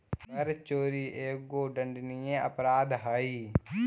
कर चोरी एगो दंडनीय अपराध हई